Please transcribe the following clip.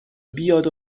بیاد